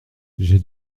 j’ai